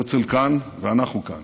הרצל כאן ואנחנו כאן.